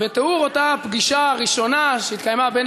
בתיאור אותה פגישה ראשונה שהתקיימה בין